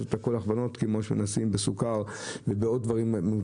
הכוונות כמו שעושים עם סוכר ובעוד דברים,